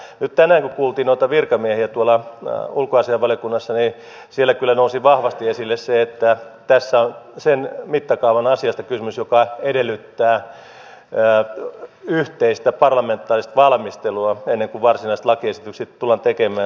nyt tänään kun kuultiin noita virkamiehiä tuolla ulkoasiainvaliokunnassa siellä kyllä nousi vahvasti esille että tässä on sen mittakaavan asiasta kysymys että se edellyttää yhteistä parlamentaarista valmistelua ennen kuin varsinaiset lakiesitykset tullaan tekemään